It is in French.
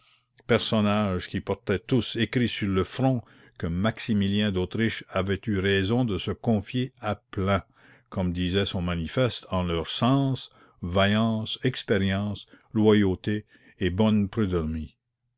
personnages qui portaient tous écrit sur le front que maximilien d'autriche avait eu raison de se confier à plain comme disait son manifeste en leur sens vaillance expérience loyaultez et bonnes